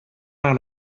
par